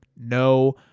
No